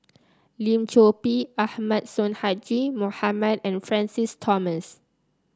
Lim Chor Pee Ahmad Sonhadji Mohamad and Francis Thomas